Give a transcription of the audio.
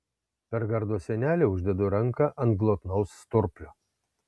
per gardo sienelę uždedu ranką ant glotnaus sturplio